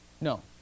No